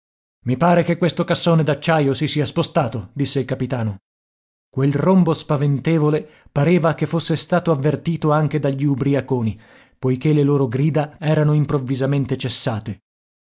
i pare che questo cassone d'acciaio si sia spostato disse il capitano quel rombo spaventevole pareva che fosse stato avvertito anche dagli ubriaconi poiché le loro grida erano improvvisamente cessate